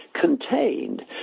contained